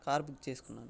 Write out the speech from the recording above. car book చేసుకున్నాను